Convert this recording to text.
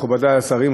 מכובדי השרים,